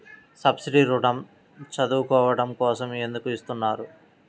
Subsidy ఋణం చదువుకోవడం కోసం ఎందుకు ఇస్తున్నారు?